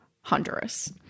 Honduras